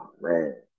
man